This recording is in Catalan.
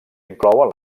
inclouen